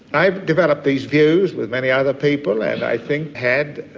i'd developed these views with many other people and i think had,